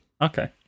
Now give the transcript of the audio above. Okay